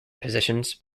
positions